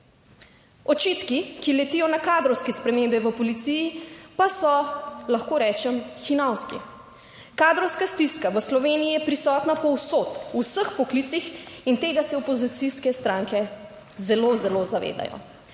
Očitki, ki letijo na kadrovske spremembe v policiji, pa so, lahko rečem, hinavski. Kadrovska stiska v Sloveniji je prisotna povsod, v vseh poklicih in tega se opozicijske stranke zelo, zelo zavedajo.